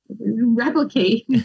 replicate